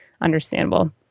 understandable